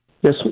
Yes